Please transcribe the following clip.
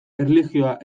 erlijioa